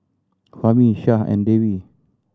Fahmi Syah and Dewi